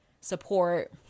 support